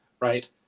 right